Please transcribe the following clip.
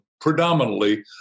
predominantly